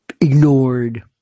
ignored